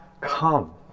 come